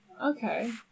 Okay